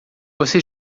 você